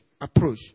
approach